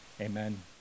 Amen